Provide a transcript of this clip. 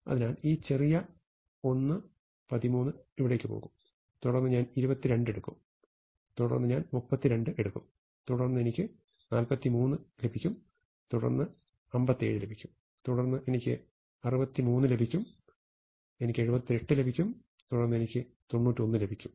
അതിനാൽ ഈ ചെറിയ 1 13 ഇവിടെ പോകും തുടർന്ന് ഞാൻ 22 എടുക്കും തുടർന്ന് ഞാൻ 32 എടുക്കും തുടർന്ന് എനിക്ക് 43 ലഭിക്കും തുടർന്ന് എനിക്ക് 57 ലഭിക്കും തുടർന്ന് എനിക്ക് 63 ലഭിക്കും എനിക്ക് 78 ലഭിക്കും തുടർന്ന് എനിക്ക് 91 ലഭിക്കും